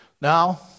Now